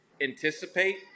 anticipate